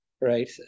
right